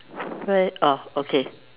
where oh okay